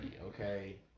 okay